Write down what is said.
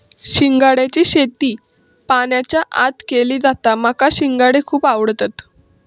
शिंगाड्याची शेती पाण्याच्या आत केली जाता माका शिंगाडे खुप आवडतत